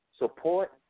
Support